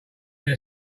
they